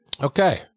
Okay